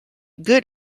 good